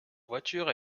voiture